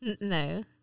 No